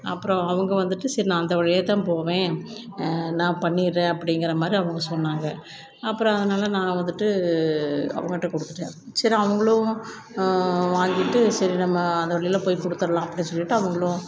அப்புறோம் அவங்க வந்துவிட்டு சரி நான் அந்த வழியாக தான் போவேன் நான் பண்ணிடுறேன் அப்படிங்கிற மாதிரி அவங்க சொன்னாங்க அப்புறம் அதனால் நான் வந்துவிட்டு அவங்கிட்ட கொடுத்துட்டேன் சரி அவங்களும் வாங்கிட்டு சரி நம்ம அந்த வழியில் போய் கொடுத்துட்லாம் அப்படின்னு சொல்லிவிட்டு அவங்களும்